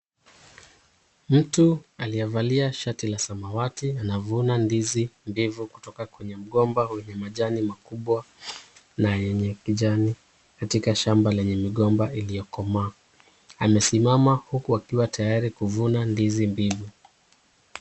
Mtu aliyevalia shati la samawati anavuna ndizi mbivu kutoka kwenye mgomba wenye majani makubwa na yenye kijani katika shamba lenye migomba iliyokomaa. Amesimama huku akiwa tayari kuvuna ndizi mbivu.